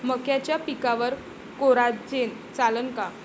मक्याच्या पिकावर कोराजेन चालन का?